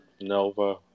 Nova